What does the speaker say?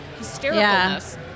hystericalness